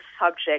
subject